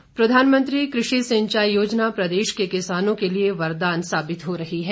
योजना प्रधानमंत्री कृषि सिंचाई योजना प्रदेश के किसानों के लिए वरदान साबित हो रही है